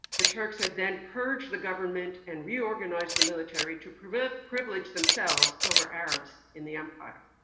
the turks had then purged the government and reorganized the military to prevent privilege themselves over arabs in the empire.